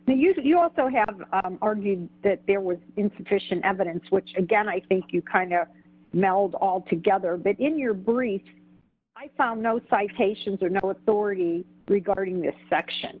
they used you also have argued that there was insufficient evidence which again i think you kind of meld all together bit in your brief i found no citations or no authority regarding the section